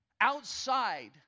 Outside